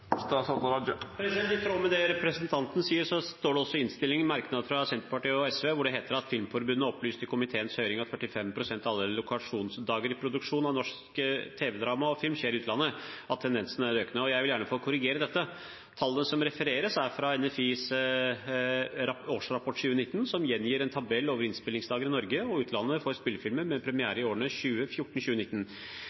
I tråd med det representanten sier, står det i innstillingen en merknad fra Senterpartiet og SV, der det heter: «Filmforbundet opplyste i komiteens høring at 45 pst. av alle location-dager i produksjon av norsk tv-drama og film skjer i utlandet. Tendensen er økende.» Jeg vil gjerne få korrigere dette. Tallene som refereres, er fra NFIs årsrapport 2019, som gjengir en tabell over innspillingsdager i Norge og utlandet for spillefilmer med